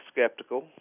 skeptical